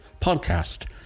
podcast